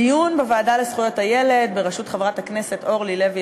בדיון בוועדה לזכויות הילד בראשות חברת הכנסת אורלי לוי